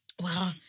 Wow